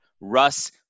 russ